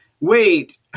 Wait